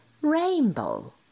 rainbow